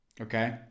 Okay